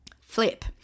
Flip